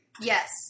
Yes